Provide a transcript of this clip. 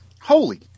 Holy